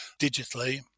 digitally